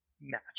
match